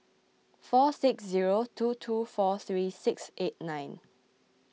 four six zero two two four three six eight nine